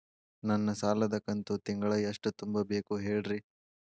ನನ್ನ ಸಾಲದ ಕಂತು ತಿಂಗಳ ಎಷ್ಟ ತುಂಬಬೇಕು ಹೇಳ್ರಿ?